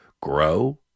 grow